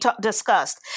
discussed